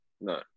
no